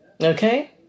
Okay